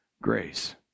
Grace